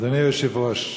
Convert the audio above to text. אדוני היושב-ראש,